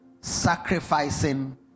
Sacrificing